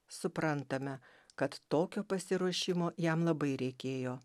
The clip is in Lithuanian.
suprantame kad tokio pasiruošimo jam labai reikėjo